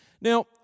Now